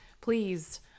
please